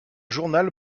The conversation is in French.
journal